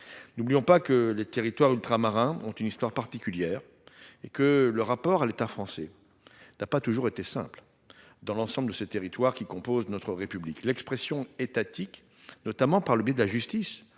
N'oublions pas que les outre-mer ont une histoire particulière et que le rapport à l'État français n'a pas toujours été simple dans l'ensemble de ces territoires qui composent notre République. L'expression étatique, notamment par le biais de ce